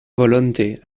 volonte